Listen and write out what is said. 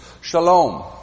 shalom